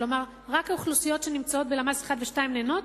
כלומר רק אוכלוסיות שנמצאות בלמ"ס 1 ו-2 נהנות,